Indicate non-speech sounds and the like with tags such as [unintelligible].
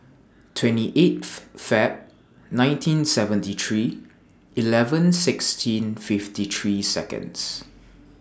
twenty eight [unintelligible] Feb nineteen seventy three eleven sixteen fifty three Seconds